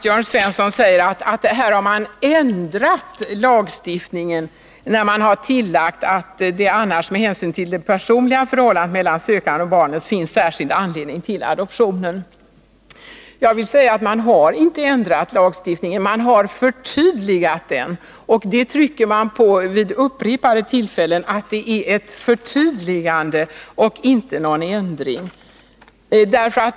Jörn Svensson säger att man har ändrat lagstiftningen när man har tillagt att ”det annars med hänsyn till det personliga förhållandet mellan sökanden och barnet finns särskild anledning till adoptionen”. Jag vill säga att man inte har ändrat lagstiftningen, utan man har förtydligat den. Vid upprepade tillfällen trycker man också på att det är ett förtydligande och inte någon ändring som har gjorts.